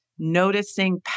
noticing